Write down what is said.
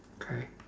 okay